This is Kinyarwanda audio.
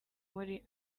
muri